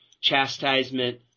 chastisement